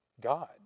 God